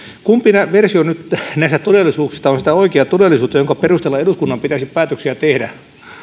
kumpi versio nyt näistä todellisuuksista on sitä oikeaa todellisuutta jonka perusteella eduskunnan pitäisi päätöksiä tehdä